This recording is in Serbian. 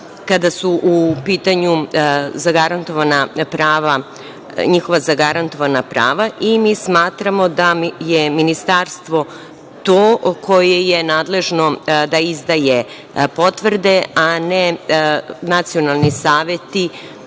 kada su u pitanju njihova zagarantovana prava i mi smatramo da je ministarstvo to koje je nadležno da izdaje potvrde, a ne nacionalni saveti,